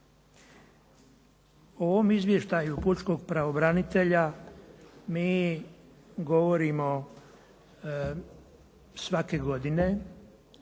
O ovom izvještaju pučkog pravobranitelja mi govorimo svake godine